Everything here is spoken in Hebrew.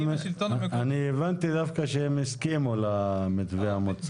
הבנתי דווקא שהם הסכימו למתווה המוצע.